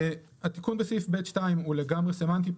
התיקון בסעיף (ב)(2) הוא לגמרי סמנטי.